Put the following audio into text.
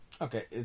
okay